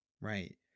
Right